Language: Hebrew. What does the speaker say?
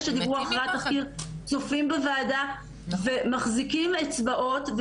שדיברו אחרי התחקיר - צופים בוועדה ומחזיקים אצבעות,